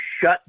shut